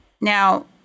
Now